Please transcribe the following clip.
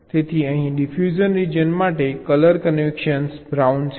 તેથી અહીં diffusion region માટે કલર કન્વેનશન બ્રાઉન છે